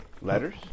Letters